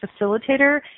facilitator